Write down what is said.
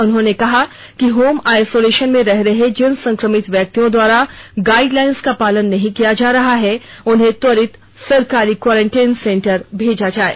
उन्होंने कहा कि कहा कि होम आइसोलेशन में रह रहे जिन संक्रमित व्यक्तियों द्वारा गाइडलाइंस का पालन नहीं किया जा रहा है उन्हें त्वरित सरकारी क्वॉरेंटाइन सेंटर में भेजा जाये